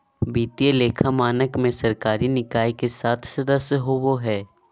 वित्तीय लेखा मानक में सरकारी निकाय के सात सदस्य होबा हइ